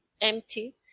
empty